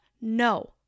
No